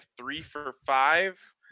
three-for-five